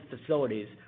facilities